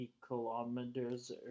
kilometers